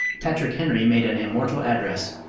patrick henry made an immortal address,